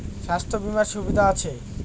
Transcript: স্বাস্থ্য বিমার সুবিধা আছে?